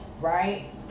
right